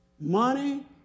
money